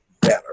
better